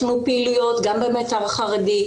יש לנו פעילויות גם במיתר החרדי,